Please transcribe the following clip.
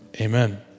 Amen